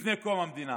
לפני קום המדינה.